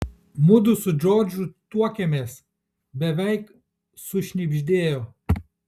mudu su džordžu tuokiamės beveik sušnibždėjo